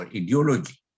ideology